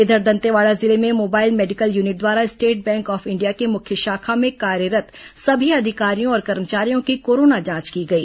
इधर दंतेवाड़ा जिले में मोबाइल मेडिकल यूनिट द्वारा स्टेट बैंक ऑफ इंडिया की मुख्य शाखा में कार्यरत् सभी अधिकारियों और कर्मचारियों की कोरोना जांच की गई